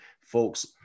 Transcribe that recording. folks